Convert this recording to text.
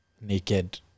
naked